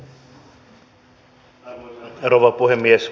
arvoisa rouva puhemies